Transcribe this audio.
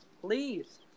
please